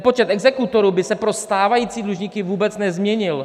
Počet exekutorů by se pro stávající dlužníky vůbec nezměnil.